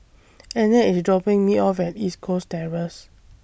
Annette IS dropping Me off At East Coast Terrace